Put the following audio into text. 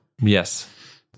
Yes